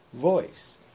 voice